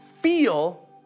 feel